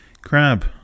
Crab